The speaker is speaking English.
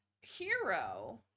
Hero